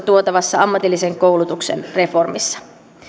tuotavassa ammatillisen koulutuksen reformissa